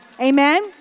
Amen